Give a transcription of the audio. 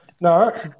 No